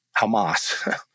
Hamas